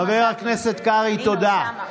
חבר הכנסת קרעי, תודה.